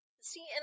See